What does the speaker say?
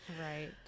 Right